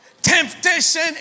Temptation